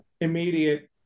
immediate